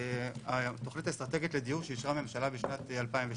התוכנית האסטרטגית לדיור שאישרה הממשלה בשנת 2017